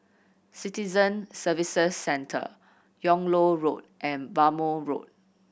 Citizen Services Centre Yung Loh Road and Bhamo Road